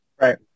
right